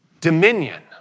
dominion